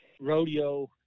rodeo